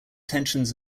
tensions